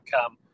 come